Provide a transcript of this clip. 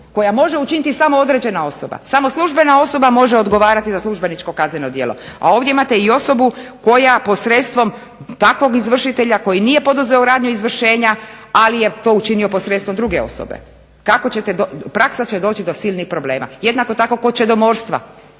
koja može učiniti samo određena osoba. Samo službena osoba može odgovarati za službeničko kazneno djelo, a ovdje imate i osobu koja posredstvom takvog izvršitelja koji nije poduzeo radnju izvršenja, ali je to učinio posredstvom druge osobe. Praksa će doći do silnih problema. Jednako tako kod čedomorstva.